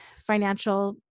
financial